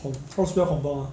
com~ how to spell compound ah